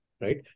Right